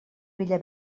vella